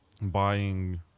buying